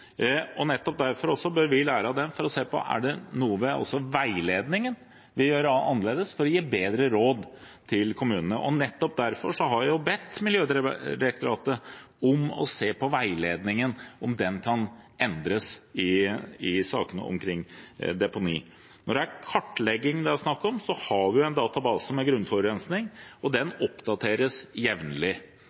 utbyggingssaker. Nettopp derfor bør vi også lære av denne saken for å se om det er noe vi bør gjøre annerledes med veiledningen, for å gi bedre råd til kommunene. Nettopp derfor har vi bedt Miljødirektoratet om å se på veiledningen og om den kan endres i sakene om deponi. Når det er kartlegging det er snakk om, har vi en database, Grunnforurensning, og den oppdateres jevnlig.